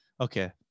okay